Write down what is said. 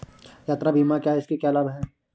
यात्रा बीमा क्या है इसके क्या लाभ हैं?